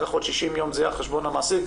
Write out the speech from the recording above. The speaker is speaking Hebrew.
כך עוד 60 יום יהיה על חשבון המעסיק.